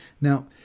Now